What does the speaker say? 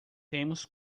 temos